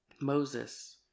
Moses